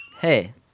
Hey